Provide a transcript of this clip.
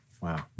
Wow